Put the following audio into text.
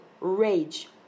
rage